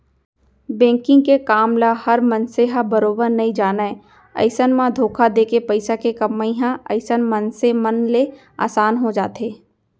banking के काम ल हर मनसे ह बरोबर नइ जानय अइसन म धोखा देके पइसा के कमई ह अइसन मनसे मन ले असान हो जाथे